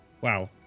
Wow